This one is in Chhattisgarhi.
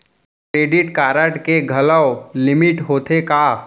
क्रेडिट कारड के घलव लिमिट होथे का?